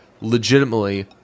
legitimately